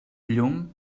llum